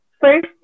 First